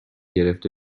گرفته